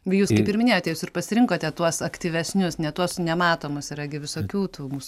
jūs kaip ir minėjote jūs ir pasirinkote tuos aktyvesnius ne tuos nematomus yra gi visokių